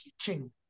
teaching